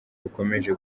bukomeje